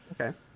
Okay